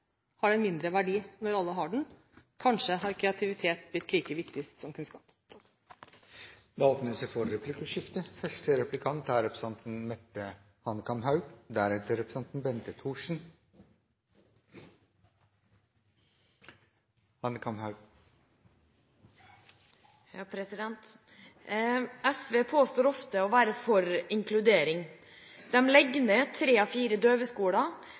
har den mindre verdi når alle har den. Kanskje har kreativitet blitt like viktig som kunnskap. Det åpnes for replikkordskifte. SV påstår ofte å være for inkludering. De legger ned tre av fire døveskoler, samtidig som de stemmer mot Fremskrittspartiets forslag om å åpne for